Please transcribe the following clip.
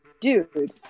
dude